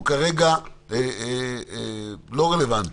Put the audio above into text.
הוא כרגע לא רלוונטי,